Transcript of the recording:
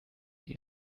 sie